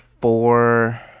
Four